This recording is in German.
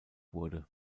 wurde